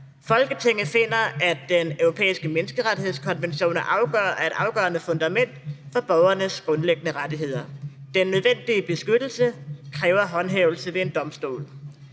»Folketinget finder, at Den Europæiske Menneskerettighedskonvention er et afgørende fundament for borgernes grundlæggende rettigheder. Den nødvendige beskyttelse kræver håndhævelse ved en domstol.